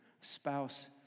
spouse